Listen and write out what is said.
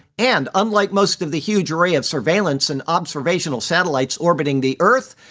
and unlike most of the huge array of surveillance and observational satellites orbiting the earth,